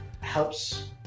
helps